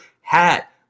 hat